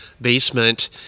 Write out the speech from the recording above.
basement